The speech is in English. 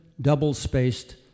double-spaced